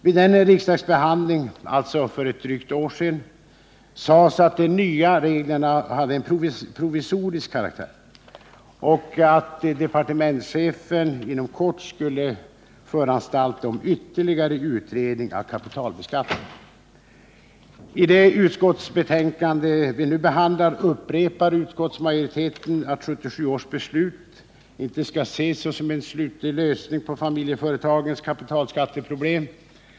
Vid riksdagsbehandlingen för drygt ett år sedan sades att de nya reglerna hade en provisorisk karaktär och att departementschefen inom kort skulle föranstalta om ytterligare utredning av kapitalbeskattningen. I det utskottsbetänkande vi nu behandlar upprepar utskottsmajoriteten att 1977 års beslut inte skall ses som en slutlig lösning på familjeföretagens kapitalskatteproblem.